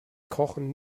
kochen